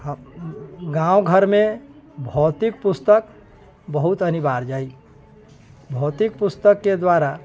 हम गाँव घरमे भौतिक पुस्तक बहुत अनिवार्य अइ भौतिक पुस्तकके द्वारा